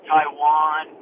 Taiwan